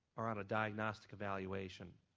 or on a diagnostic evaluation.